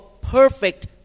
perfect